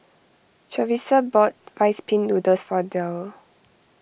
Charissa bought Rice Pin Noodles for Derl